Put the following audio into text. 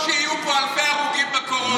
כמו שיהיו פה אלפי הרוגים בקורונה,